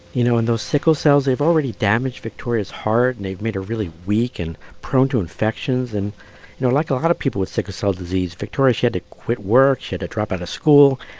you know, and those sickle cells, they've already damaged victoria's heart, and they've made her really weak and prone to infections. and, you know, like a lot of people with sickle cell disease, victoria, she had to quit work. she had to drop out of school.